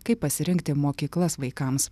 kaip pasirinkti mokyklas vaikams